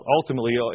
ultimately